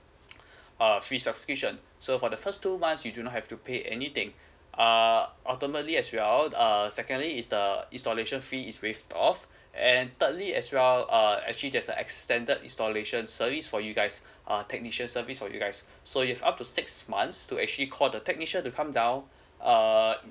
uh free subscription so for the first two months you do not have to pay anything uh ultimately as well err secondly is the uh installation fee is waived off and thirdly as well uh actually just a extended installation service for you guys uh technician service for you guys so if up to six months to actually call the technician to come down err